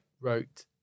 wrote